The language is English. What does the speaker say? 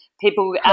people